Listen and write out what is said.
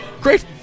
Great